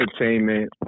entertainment